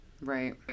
Right